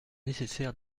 nécessaire